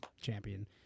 champion